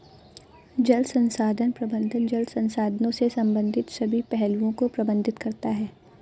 जल संसाधन प्रबंधन जल संसाधनों से संबंधित सभी पहलुओं को प्रबंधित करता है